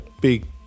big